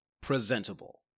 presentable